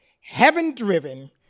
heaven-driven